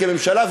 כממשלה,